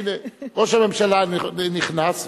הנה, ראש הממשלה נכנס,